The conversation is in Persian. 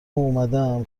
اومدم